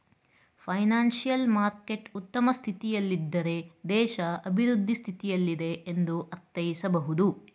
financial market ಉತ್ತಮ ಸ್ಥಿತಿಯಲ್ಲಿದ್ದಾರೆ ದೇಶ ಅಭಿವೃದ್ಧಿ ಸ್ಥಿತಿಯಲ್ಲಿದೆ ಎಂದು ಅರ್ಥೈಸಬಹುದು